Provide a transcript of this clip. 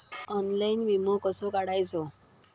Online विमो कसो काढायचो?